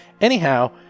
Anyhow